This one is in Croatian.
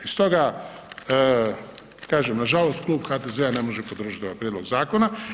Stoga kažem, nažalost Klub HDZ-a ne može podržati ovaj prijedlog zakona.